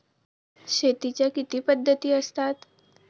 शेतीच्या किती पद्धती असतात?